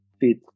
fit